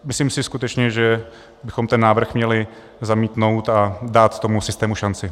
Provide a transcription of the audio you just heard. Myslím si skutečně, že bychom ten návrh měli zamítnout a dát tomu systému šanci.